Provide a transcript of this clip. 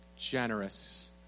Generous